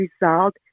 result